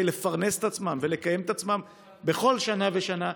לפרנס את עצמם ולקיים את עצמם בכל שנה ושנה,